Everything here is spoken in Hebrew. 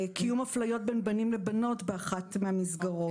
קיום אפליות בין בנים לבנות באחת המסגרות.